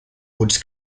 woods